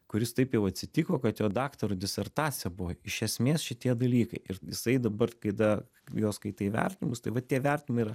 kuris taip jau atsitiko kad jo daktaro disertacija buvo iš esmės šitie dalykai ir jisai dabar kada jo skaitai vertinimus tai va tie vertinimai yra